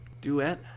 Duet